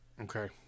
okay